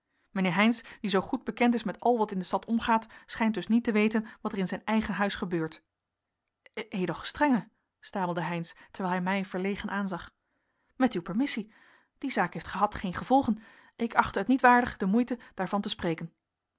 heynsz die zoo goed bekend is met al wat in de stad omgaat schijnt dus niet te weten wat er in zijn eigen huis gebeurt edel gestrenge stamelde heynsz terwijl hij mij verlegen aanzag met uw permissie die zaak heeft gehad geen gevolgen ik achtte het niet waardig de moeite daarvan te spreken